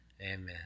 Amen